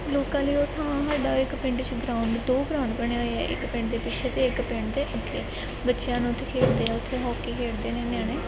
ਲੋਕਾਂ ਨੇ ਉਹ ਥਾਂ ਸਾਡਾ ਇੱਕ ਪਿੰਡ 'ਚ ਗਰਾਊਂਡ ਦੋ ਗਰਾਉਂਡ ਬਣੇ ਹੋਏ ਆ ਇੱਕ ਪਿੰਡ ਦੇ ਪਿੱਛੇ ਅਤੇ ਇੱਕ ਪਿੰਡ ਦੇ ਅੱਗੇ ਬੱਚਿਆਂ ਨੂੰ ਉੱਥੇ ਖੇਡਦੇ ਆ ਉੱਥੇ ਹੌਕੀ ਖੇਡਦੇ ਨੇ ਨਿਆਣੇ